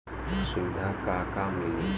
सुविधा का का मिली?